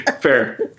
Fair